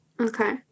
Okay